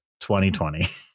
2020